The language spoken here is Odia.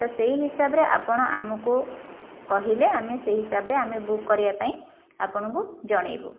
ତ ସେହି ହିସାବରେ ଆପଣ ଆମକୁ କହିଲେ ଆମେ ସେହି ହିସାବରେ ଆମେ ବୁକ୍ କରିବା ପାଇଁ ଆପଣଙ୍କୁ ଜଣାଇବୁ